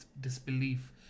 disbelief